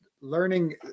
learning